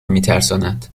میترساند